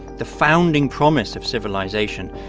the founding promise of civilization,